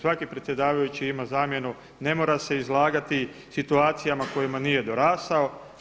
Svaki predsjedavajući ima zamjenu, ne mora se izlagati situacijama kojima nije dorasao.